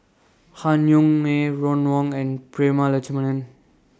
Han Yong May Ron Wong and Prema Letchumanan